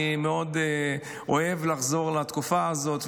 אני מאוד אוהב לחזור לתקופה הזאת,